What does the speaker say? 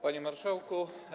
Panie Marszałku!